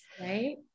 Right